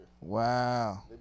Wow